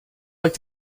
like